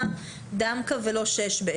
למה דמקה ולא שש-בש?